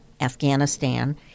Afghanistan